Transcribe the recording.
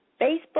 Facebook